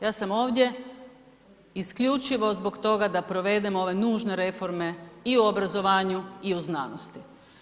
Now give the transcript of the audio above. Ja sam ovdje isključivo zbog toga da provedemo ove nužne reforme i u obrazovanju i u znanosti.